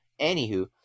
anywho